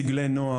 סגלי נוער,